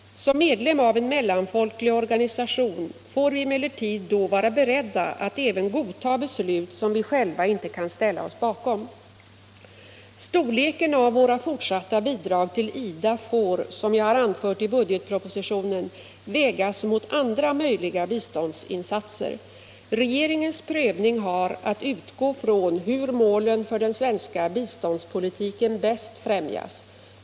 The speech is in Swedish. Som medlem av en mellanfolklig organisation får vi emellertid då vara beredda att även godta beslut som vi själva inte kan ställa oss bakom. Storleken av våra fortsatta bidrag till IDA får, som jag har anfört i budgetpropositionen, vägas mot andra möjliga biståndsinsatser. Regeringens prövning har att utgå från hur målen för den svenska biståndspolitiken bäst främjas.